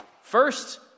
First